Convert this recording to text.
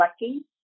Lucky